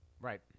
Right